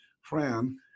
Fran